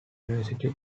university